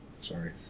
Sorry